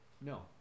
No